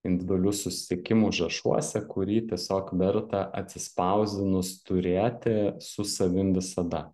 individualių susitikimų užrašuose kurį tiesiog verta atsispausdinus turėti su savim visada